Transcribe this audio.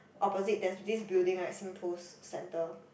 opposite there's this building right SingPost Centre